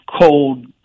cold